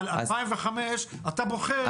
אבל אתה בוחר את זה.